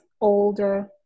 older